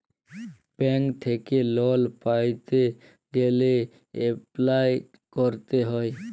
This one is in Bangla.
ব্যাংক থ্যাইকে লল পাইতে গ্যালে এপ্লায় ক্যরতে হ্যয়